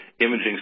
imaging